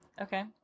Okay